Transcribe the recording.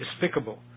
despicable